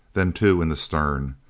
then two in the stern.